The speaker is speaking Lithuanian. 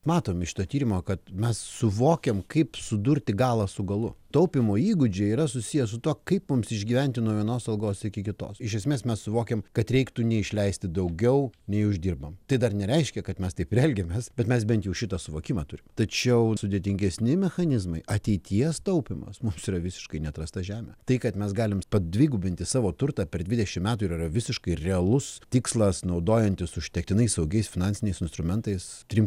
matom iš to tyrimo kad mes suvokiam kaip sudurti galą su galu taupymo įgūdžiai yra susiję su tuo kaip mums išgyventi nuo vienos algos iki kitos iš esmės mes suvokiam kad reiktų neišleisti daugiau nei uždirbame tai dar nereiškia kad mes taip elgiamės bet mes bent jau šitą suvokimą turim tačiau sudėtingesni mechanizmai ateities taupymas mums yra visiškai neatrasta žemė tai kad mes galime padvigubinti savo turtą per dvidešimt metų ir yra visiškai realus tikslas naudojantis užtektinai saugiais finansiniais instrumentais trim